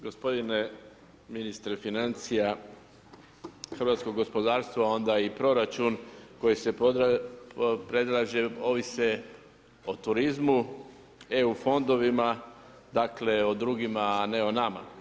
Gospodine ministre financija, hrvatsko gospodarstvo a onda i proračun koji se predlaže ovise o turizmu, EU fondovima, dakle o drugima a ne o nama.